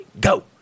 go